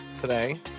today